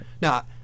Now